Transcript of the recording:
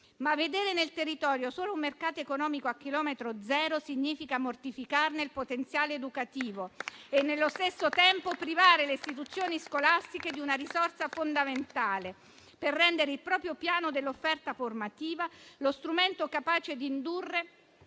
ma vedere nel territorio solo un mercato economico a chilometro zero significa mortificarne il potenziale educativo e nello stesso tempo privare le istituzioni scolastiche di una risorsa fondamentale per rendere il proprio piano dell'offerta formativa lo strumento capace di indurre